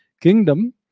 kingdom